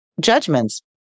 judgments